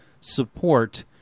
support